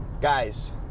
guys